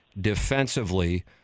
defensively